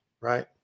right